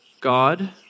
God